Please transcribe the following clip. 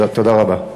תודה רבה.